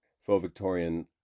Faux-Victorian